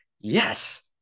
Yes